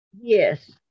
Yes